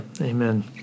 Amen